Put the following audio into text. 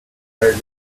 earlier